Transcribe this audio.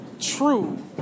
true